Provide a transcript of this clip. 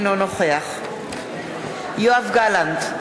אינו נוכח יואב גלנט,